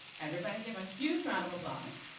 everybody give a huge round of applause.